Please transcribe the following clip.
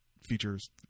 features